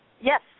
yes